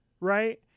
right